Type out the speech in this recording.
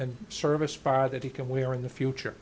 and service bar that he can we are in the future